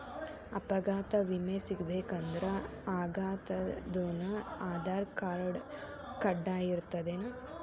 ಅಪಘಾತ್ ವಿಮೆ ಸಿಗ್ಬೇಕಂದ್ರ ಅಪ್ಘಾತಾದೊನ್ ಆಧಾರ್ರ್ಕಾರ್ಡ್ ಕಡ್ಡಾಯಿರ್ತದೇನ್?